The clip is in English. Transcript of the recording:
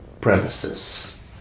premises